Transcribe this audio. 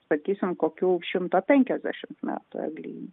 sakysim kokių šimto penkiasdešimt metų eglynas